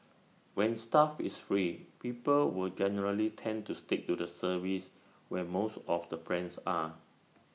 when stuff is free people will generally tend to stick to the service when most of the friends are